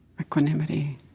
equanimity